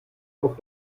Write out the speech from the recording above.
auf